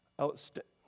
outstanding